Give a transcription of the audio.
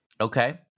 Okay